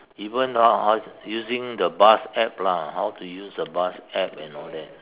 even now how using the bus app lah how to use a bus app and all that